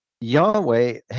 Yahweh